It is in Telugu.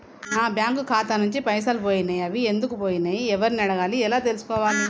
నా బ్యాంకు ఖాతా నుంచి పైసలు పోయినయ్ అవి ఎందుకు పోయినయ్ ఎవరిని అడగాలి ఎలా తెలుసుకోవాలి?